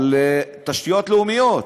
על תשתיות לאומיות.